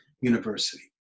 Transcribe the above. University